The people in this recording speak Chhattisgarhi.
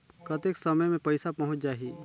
कतेक समय मे पइसा पहुंच जाही?